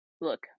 look